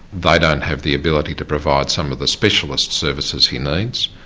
they don't have the ability to provide some of the specialist services he needs,